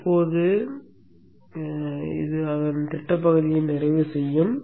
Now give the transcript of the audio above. இப்போது இது அதன் திட்டப் பகுதியை நிறைவு செய்யும்